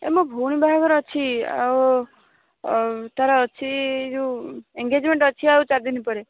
ଏ ମୋ ଭଉଣୀ ବାହାଘର ଅଛି ଆଉ ତାର ଅଛି ଯେଉଁ ଏନ୍ଗେଜମେଣ୍ଟ ଅଛି ଆଉ ଚାରିଦିନ ପରେ